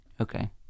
Okay